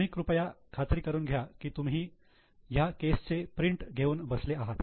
तुम्ही कृपया खात्री करून घ्या की तुम्ही ह्या केस चे प्रिंट घेऊन बसले आहात